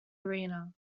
arena